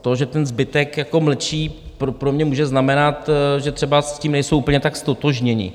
To, že ten zbytek mlčí, pro mě může znamenat, že třeba s tím nejsou úplně tak ztotožněni.